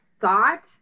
thought